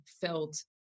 felt